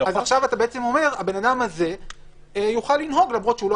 אז עכשיו אתה אומר שהבן אדם הזה יוכל לנהוג למרות שהוא לא